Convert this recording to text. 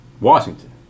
Washington